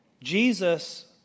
Jesus